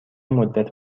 مدّت